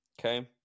Okay